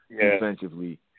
defensively